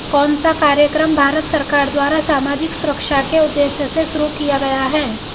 कौन सा कार्यक्रम भारत सरकार द्वारा सामाजिक सुरक्षा के उद्देश्य से शुरू किया गया है?